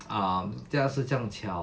um 这样是这样巧